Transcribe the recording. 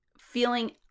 feeling